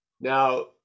Now